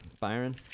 Byron